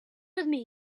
matter